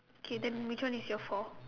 okay then which one is your four